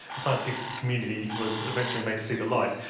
the scientific community was eventually made to see the light.